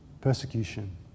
persecution